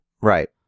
right